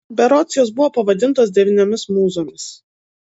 berods jos buvo pavadintos devyniomis mūzomis